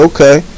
Okay